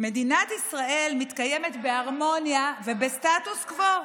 מדינת ישראל מתקיימת בהרמוניה ובסטטוס קוו.